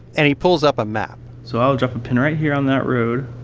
and he pulls up a map so i'll drop a pin right here on that road